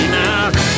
now